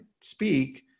speak